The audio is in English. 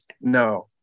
No